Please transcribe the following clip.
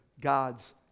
God's